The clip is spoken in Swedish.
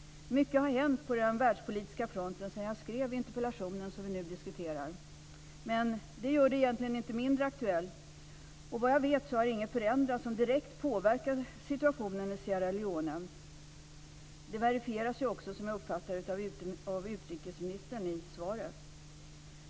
Mycket har hänt på den världspolitiska fronten sedan jag skrev interpellationen som vi nu diskuterar. Men det gör den egentligen inte mindre aktuell. Vad jag vet har inget förändrats som direkt påverkar situationen i Sierra Leone. Det verifieras ju också, som jag uppfattar det, av utrikesministern i svaret.